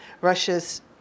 Russia's